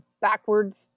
backwards